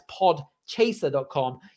podchaser.com